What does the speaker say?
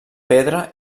pedra